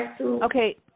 Okay